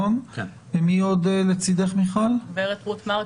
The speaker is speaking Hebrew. ורות מרק,